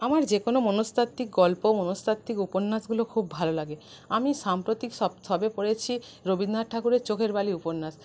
আমার যেকোনো মনস্তাত্ত্বিক গল্প মনস্তাত্ত্বিক উপন্যাসগুলো খুব ভালো লাগে আমি সাম্প্রতিক সব সবে পড়েছি রবীন্দ্রনাথ ঠাকুরের চোখের বালি উপন্যাস